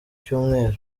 cyumweru